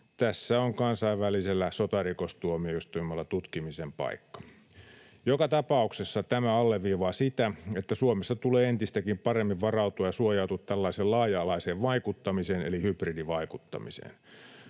Tässä on kansainvälisellä sotarikostuomioistuimella tutkimisen paikka. Joka tapauksessa tämä alleviivaa sitä, että Suomessa tulee entistäkin paremmin varautua ja suojautua tällaiseen laaja-alaiseen vaikuttamiseen, eli hybridivaikuttamiseen.